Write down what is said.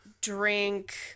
drink